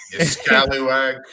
Scallywag